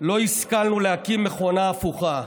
לא השכלנו להקים מכונה הפוכה.